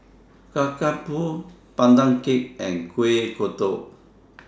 Kacang Pool Pandan Cake and Kueh Kodok